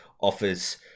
offers